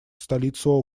столицу